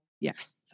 Yes